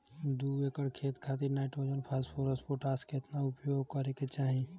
दू एकड़ खेत खातिर नाइट्रोजन फास्फोरस पोटाश केतना उपयोग करे के चाहीं?